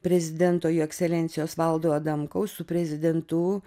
prezidento jo ekscelencijos valdo adamkaus su prezidentu